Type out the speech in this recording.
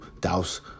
douse